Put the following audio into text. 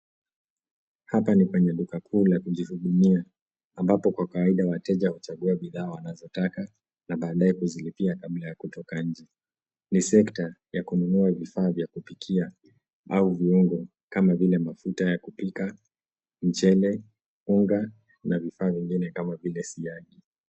Hapa ni penye duka kuu la kujihudumia, ambapo kwa kawaida wateja huchagua bidhaa wanazotaka na baadaye kuzilipia kabla ya kutoka nje. Ni sekta ya kununua vifaa vya kupikia au viungo kama vile mafuta ya kupika, mchele, unga na vifaa vingine kama vile siagi.